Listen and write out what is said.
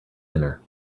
dinner